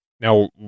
Now